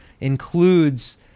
includes